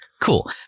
cool